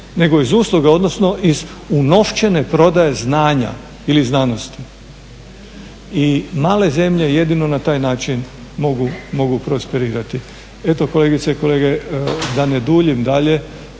nego iz usluga odnosno iz unovčene prodaje znanja ili znanosti i male zemlje jedino na taj način mogu prosperirati. Eto kolegice i kolege da ne duljim dalje